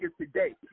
today